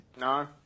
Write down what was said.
No